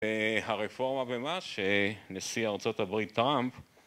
הרפורמה במה שנשיא ארה״ב טראמפ